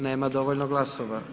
Nema dovoljno glasova.